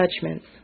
judgments